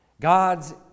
God's